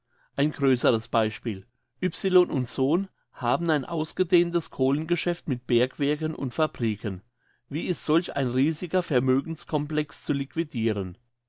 ein grösseres beispiel y sohn haben ein ausgedehntes kohlengeschäft mit bergwerken und fabriken wie ist solch ein riesiger vermögenscomplex zu liquidiren